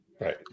Right